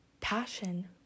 passion